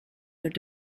their